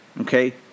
Okay